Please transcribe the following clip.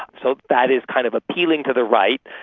so that is kind of appealing to the right,